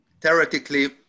Theoretically